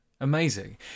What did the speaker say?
amazing